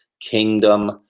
kingdom